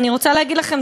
ואני רוצה להגיד לכם,